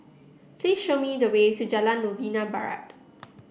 please show me the way to Jalan Novena Barat